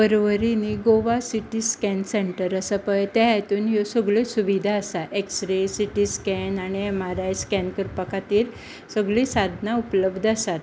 पर्वरी न्ही Goa city scan centre आसा पळय त्या हातूंत ह्यो सगळ्यो सुविधा आसा एक्स्रे सिटी स्केन आनी एम आर आय स्केन करपा खातीर सगलीं साधनां उपलब्द आसात